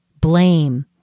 blame